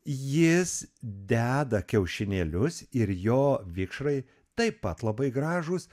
jis deda kiaušinėlius ir jo vikšrai taip pat labai gražūs